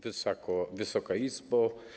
Wysoka Izbo!